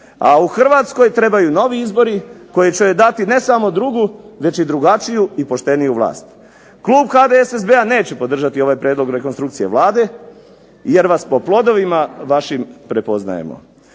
a u Hrvatskoj trebaju novi izbori koji će joj dati ne samo drugu, već i drugačiju i pošteniju vlast. Klub HDSSB-a neće podržati ovaj prijedlog rekonstrukcije Vlade, jer vas po plodovima vašim prepoznajemo.